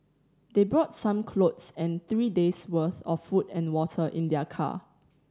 they brought some clothes and three days' worth of food and water in their car